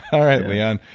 but alright, leon.